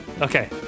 Okay